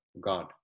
God